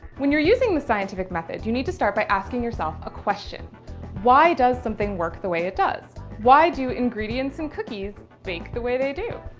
when your using the scientific method you need to start by asking yourself a question why does something work the way it does? why do ingredients in cookies bake the way they do?